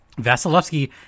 Vasilevsky